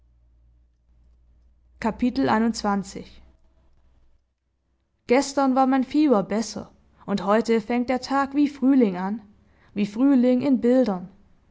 gestern war mein fieber besser und heute fängt der tag wie frühling an wie frühling in bildern